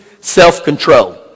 Self-control